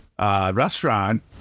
restaurant